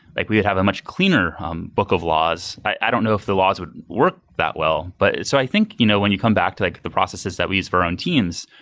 like we'd have a much cleaner um book of laws. i don't know if the laws would work that well. but so i think you know when you come back to like the processes that we used for our own teams,